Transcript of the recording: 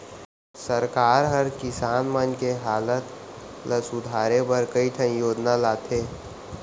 सरकार हर किसान मन के हालत ल सुधारे बर कई ठन योजना लाथे